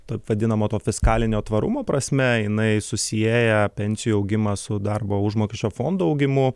taip vadinama to fiskalinio tvarumo prasme jinai susieja pensijų augimą su darbo užmokesčio fondo augimu